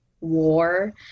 war